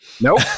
Nope